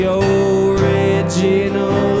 original